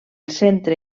centre